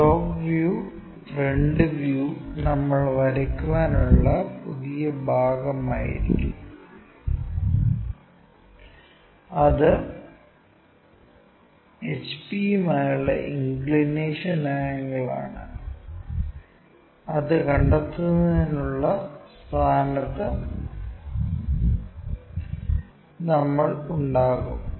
top view front view നമ്മൾ വരയ്ക്കാനുള്ള പുതിയ ഭാഗമായിരിക്കും അത് HPയുമായുള്ള ഇൻക്ക്ളിനേഷൻ ആംഗിൾ ആണ് അത് കണ്ടെത്തുന്നതിനുള്ള സ്ഥാനത്ത് നമ്മൾ ഉണ്ടാകും